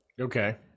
Okay